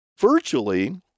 virtually